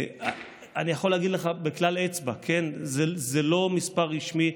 אני יכול להגיד לך בכלל אצבע: זה לא מספר רשמי.